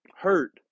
hurt